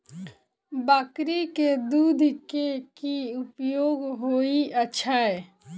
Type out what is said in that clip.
बकरी केँ दुध केँ की उपयोग होइ छै?